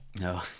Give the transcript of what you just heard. No